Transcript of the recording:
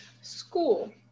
School